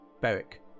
Beric